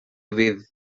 fydd